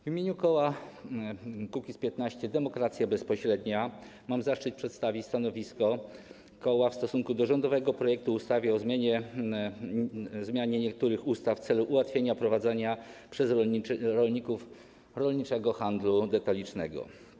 W imieniu koła Kukiz’15 - Demokracja Bezpośrednia mam zaszczyt przedstawić stanowisko koła w stosunku do rządowego projektu ustawy o zmianie niektórych ustaw w celu ułatwienia prowadzenia przez rolników rolniczego handlu detalicznego.